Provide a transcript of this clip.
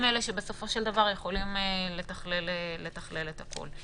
הם אלה שבסופו של דבר יכולים לתכלל את הכול.